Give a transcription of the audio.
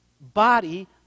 body